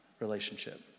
relationship